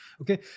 Okay